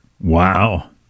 Wow